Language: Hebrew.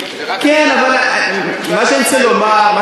אבל זה גם לא תמיד היה שני-שלישים שליש,